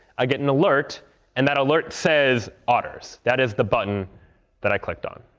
i get an alert and that alert says otters. that is the button that i clicked on.